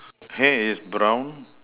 hair is brown